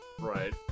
right